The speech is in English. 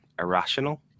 irrational